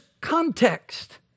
context